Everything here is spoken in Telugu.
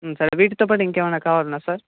సరే వీటితో పాటు ఇంకా ఏమన్న కావాలా సార్